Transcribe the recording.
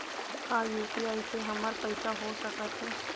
का यू.पी.आई से हमर पईसा हो सकत हे?